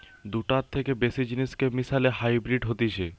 দুটার থেকে বেশি জিনিসকে মিশালে হাইব্রিড হতিছে